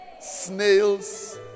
snails